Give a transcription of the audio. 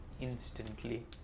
instantly